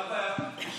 מה הבעיה?